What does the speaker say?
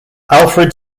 alfred